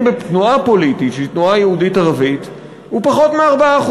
בתנועה פוליטית שהיא תנועה יהודית-ערבית הוא פחות מ-4%.